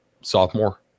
sophomore